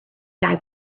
dive